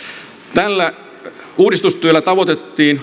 tällä uudistustyöllä tavoiteltiin